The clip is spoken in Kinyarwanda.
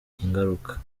ingaruka